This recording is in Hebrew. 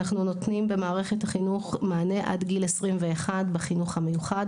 אנחנו נותנים במערכת החינוך מענה עד גיל 21 בחינוך המיוחד,